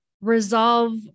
resolve